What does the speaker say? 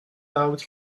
out